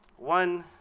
one,